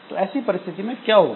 तो ऐसी परिस्थिति में क्या होगा